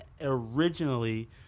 originally